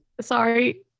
Sorry